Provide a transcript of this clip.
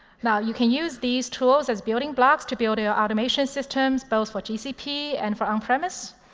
now you can use these tools as building blocks to build your automation systems both for gcp and for on-premise.